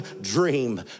dream